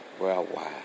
Worldwide